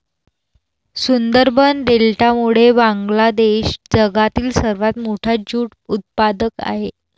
सुंदरबन डेल्टामुळे बांगलादेश जगातील सर्वात मोठा ज्यूट उत्पादक आहे